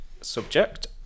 subject